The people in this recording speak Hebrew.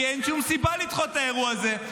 כי אין שום סיבה לדחות את האירוע הזה.